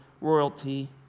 royalty